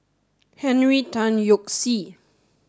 Henry Tan Yoke See